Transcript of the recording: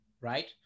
right